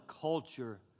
culture